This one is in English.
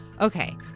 Okay